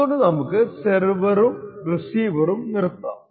അതുകൊണ്ട് നമുക്ക് സെർവെറും റിസീവറും നിർത്താം